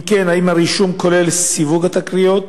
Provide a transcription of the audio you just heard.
2. אם כן, האם הרישום כולל סיווג התקריות?